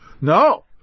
No